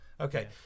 Okay